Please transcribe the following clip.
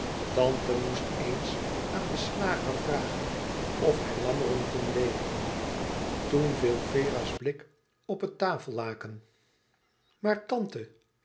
tante moest eens aan den slager vragen of hij lammeren kon leveren toen viel vera's blik op het tafellaken maar tante